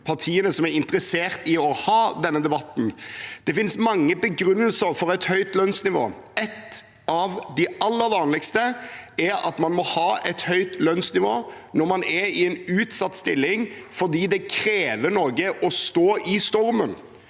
partiene som er interessert i å ha denne debatten. Det finnes mange begrunnelser for et høyt lønnsnivå, og en av de aller vanligste er at man må ha et høyt lønnsnivå når man er i en utsatt stilling, fordi det krever noe å stå i stormen.